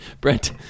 brent